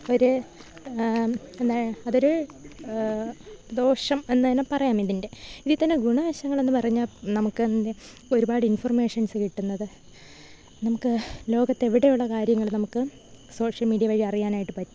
ഒരു എന്താ അതൊരു ദോഷം എന്നു തന്നെ പറയാം ഇതിൻ്റെ ഇതീ തന്നെ ഗുണവശങ്ങളെന്നു പറഞ്ഞാല് നമുക്ക് തിൻ്റെ ഒരുപാട് ഇൻഫർമേഷൻസ് കിട്ടുന്നത് നമുക്ക് ലോകത്തെവിടെയുള്ള കാര്യങ്ങള് നമുക്ക് സോഷ്യൽ മീഡിയ വഴി അറിയാനായിട്ട് പറ്റും